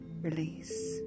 release